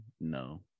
No